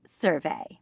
survey